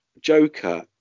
Joker